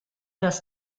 das